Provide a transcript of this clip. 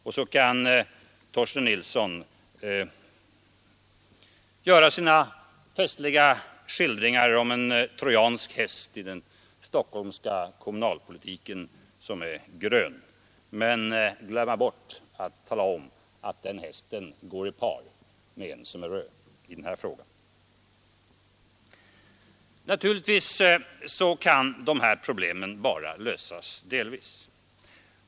Och så kan herr Torsten Nilsson göra sin festliga skildring av en trojansk häst, som är grön, i den stockholmska kommunalpolitiken men glömma bort att tala om att den hästen går i par med en som är röd när det gäller den här frågan. Naturligtvis kan dessa problem bara lösas delvis.